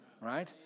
right